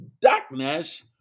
Darkness